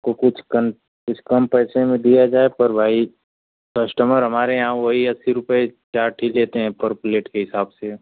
को कुछ कम कुछ कम पैसे में दिया जाए पर वहीं कस्टमर हमारे यहाँ वही अस्सी रुपये चाट ही देते हें पर प्लेट के हिसाब से